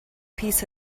peace